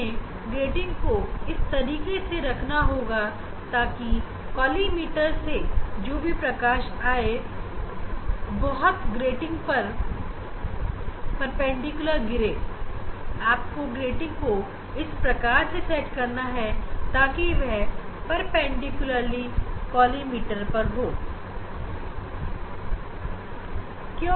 हमें ग्रेटिंग को इस तरीके से रखना होगा ताकि काली मीटर से जो भी प्रकाश आए बहुत ग्रेटिंग पर परपेंडिकुलर ली गिरे आपको ग्रेटिंग को इस प्रकार से सेट करना है ताकि वह कोलीमीटर पर परपेंडिकुलर ली गिरे